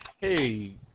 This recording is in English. Hey